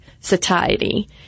satiety